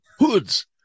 hoods